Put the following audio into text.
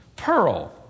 pearl